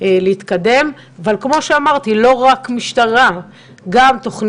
אנחנו במשטרת ישראל מבצעים גם סקרים